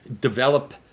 develop